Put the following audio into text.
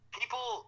people